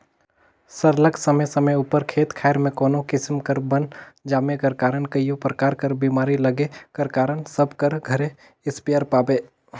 सरलग समे समे उपर खेत खाएर में कोनो किसिम कर बन जामे कर कारन कइयो परकार कर बेमारी लगे कर कारन सब कर घरे इस्पेयर पाबे